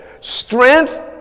strength